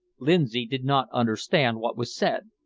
lindsay did not understand what was said,